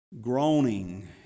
groaning